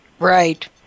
Right